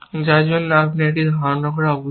যার জন্য আপনি একটি ধারণ করা আবশ্যক